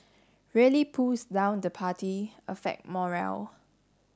really pulls down the party affect morale